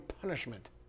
punishment